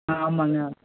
ஆ ஆமாம்ங்க